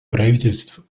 правительств